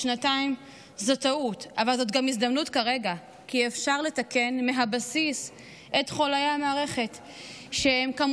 אנחנו בקשר עם אותם חברים אנרגטיים שמנהלים את המאבק הזה כבר